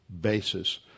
basis